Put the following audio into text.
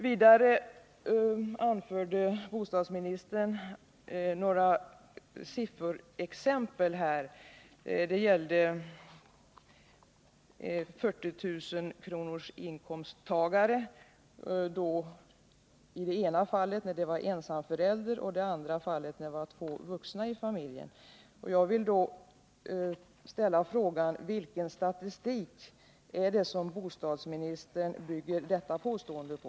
Vidare anförde bostadsministern några sifferexempel avseende 40 000 kronorsinkomsttagare, i det ena fallet en ensamförälder och i det andra med två vuxna i familjen. Jag vill ställa frågan: Vilken statistik bygger bostadsministern sitt påstående på?